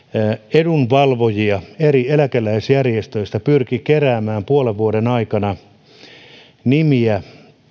edunvalvojia eri eläkeläisjärjestöistä pyrki keräämään puolen vuoden aikana nimiä